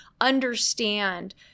understand